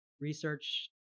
research